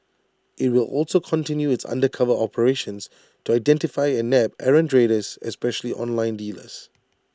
IT will also continue its undercover operations to identify and nab errant traders especially online dealers